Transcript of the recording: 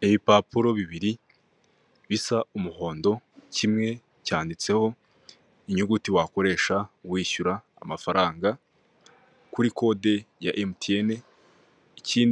Muri gare ya Nyabugogo amatara bayacanye bigaragara ko bwije, abantu baracyari muri gare amamodoka ntabwo ari menshi cyane bigaragara ko aba bantu bashobora kuba babuze imodoka zibacyura